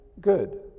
good